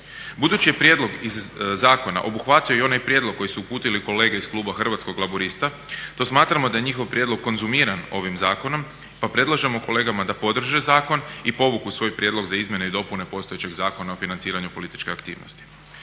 Budući je prijedlog zakona obuhvatio i onaj prijedlog koji su uputili kolege iz kluba Hrvatskih laburista, to smatramo da je njihov prijedlog konzumiran ovim zakonom pa predlažemo kolegama da podrže zakon i povuku svoj prijedlog za izmjene i dopune postojećeg Zakona o financiranju političke aktivnosti.